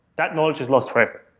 that knowledge is lost forever.